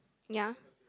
ya